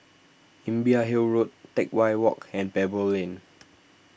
Imbiah Hill Road Teck Whye Walk and Pebble Lane